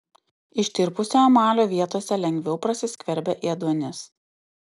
ištirpusio emalio vietose lengviau prasiskverbia ėduonis